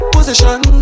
Position